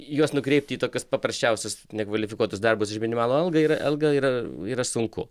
juos nukreipti į tokius paprasčiausius nekvalifikuotus darbus už minimalią algą yra algą yra yra sunku